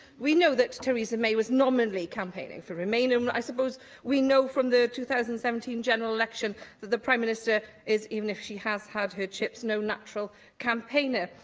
we know that theresa may was nominally campaigning for remain, um and i suppose we know from the two thousand and seventeen general election that the prime minister is, even if she has had her chips, no natural campaigner,